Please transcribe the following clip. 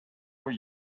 were